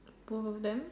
both of them